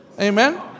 Amen